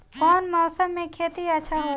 कौन मौसम मे खेती अच्छा होला?